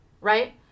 right